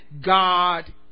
God